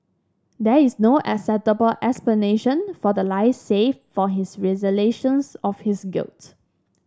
there is no acceptable explanation for the lies save for his realisations of his guilt